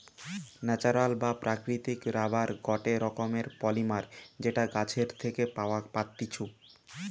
natural বা প্রাকৃতিক rubber গটে রকমের পলিমার যেটা গাছের থেকে পাওয়া পাত্তিছু